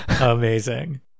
amazing